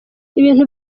ibintu